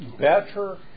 better